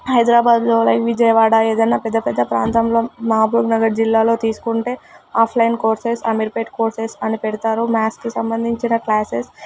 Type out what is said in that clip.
హైదరాబాద్లో అలాగే విజయవాడ ఏదన్న పెద్ద పెద్ద ప్రాంతంలో మహబూబ్నగర్ జిల్లాలో తీసుకుంటే ఆఫ్లైన్ కోర్సెస్ అమీర్పేట్ కోర్సెస్ అని పెడతారు మ్యాథ్స్ సంబంధించిన క్లాసెస్